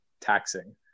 taxing